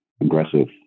aggressive